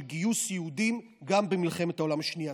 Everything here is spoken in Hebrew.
גיוס יהודים גם במלחמת העולם השנייה.